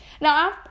Now